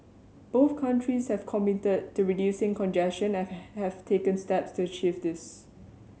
both countries have committed to reducing congestion and have have taken steps to achieve this